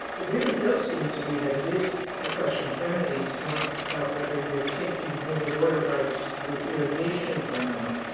it really does seem to me that it is a question of remedies, not about whether you're taking more water rights through irrigation or not.